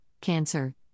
cancer